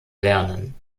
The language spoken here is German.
lernen